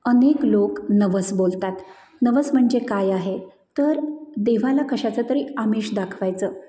अनेक लोक नवस बोलतात नवस म्हणजे काय आहे तर देवाला कशाचं तरी आमिश दाखवायचं